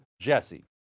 JESSE